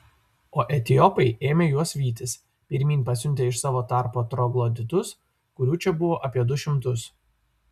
o etiopai ėmė juos vytis pirmyn pasiuntę iš savo tarpo trogloditus kurių čia buvo apie du šimtus